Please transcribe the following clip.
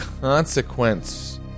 consequence